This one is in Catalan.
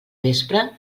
vespre